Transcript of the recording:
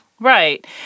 Right